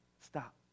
stop